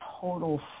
total